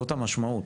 זאת המשמעות.